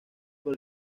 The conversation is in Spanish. por